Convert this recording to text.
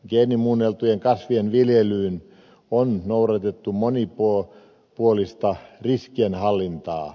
geenimuunneltujen kasvien viljelyssä on noudatettu monipuolista riskienhallintaa